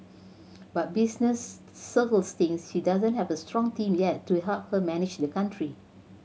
but business circles think she doesn't have a strong team yet to help her manage the country